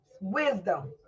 Wisdom